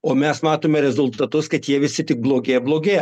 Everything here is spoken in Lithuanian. o mes matome rezultatus kad jie visi tik blogėja blogėja